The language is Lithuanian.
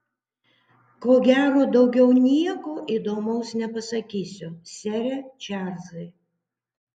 ko gero daugiau nieko įdomaus nepasakysiu sere čarlzai